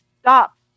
stop